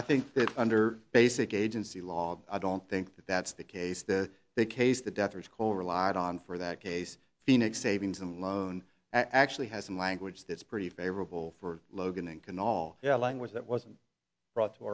i think that under basic agency law i don't think that that's the case that they case the death toll relied on for that case phoenix savings and loan actually has some language that's pretty favorable for logan in can all language that wasn't brought to